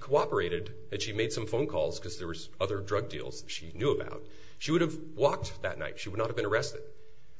cooperated and she made some phone calls because there was other drug deals she knew about she would have walked that night she would not have been arrested